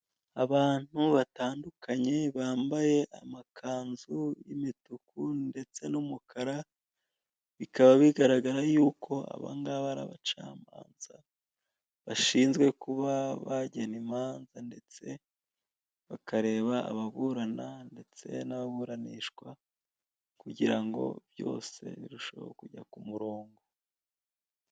Abantu batandukanye bambaye amakanzu y'imituku ndetse n'umukara, bikaba bigaragara yuko aba ngaba ari abacamanza bashinzwe kuba bagena imanza ndetse bakareba ababurana ndetse n'ababuranishwa kugira ngo byose birusheho kujya ku murongo.